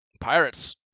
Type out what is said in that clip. Pirates